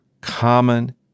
common